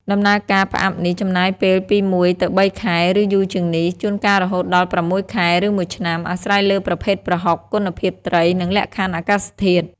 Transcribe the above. ដំណើរការផ្អាប់នេះចំណាយពេលពី ១ ទៅ ៣ ខែ ឬយូរជាងនេះ ជួនកាលរហូតដល់ ៦ ខែ ឬមួយឆ្នាំ អាស្រ័យលើប្រភេទប្រហុក គុណភាពត្រី និងលក្ខខណ្ឌអាកាសធាតុ។